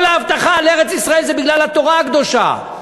כל ההבטחה על ארץ-ישראל היא בגלל התורה הקדושה.